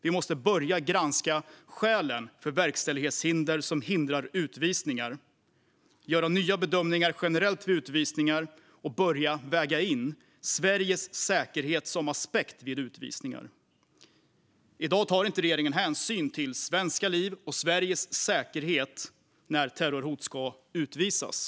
Vi måste börja granska skälen för verkställighetshinder som hindrar utvisningar, göra nya bedömningar generellt vid utvisningar och börja väga in Sveriges säkerhet som en aspekt vid utvisningar. I dag tar inte regeringen hänsyn till svenska liv och Sveriges säkerhet när terrorhot ska utvisas.